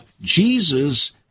Jesus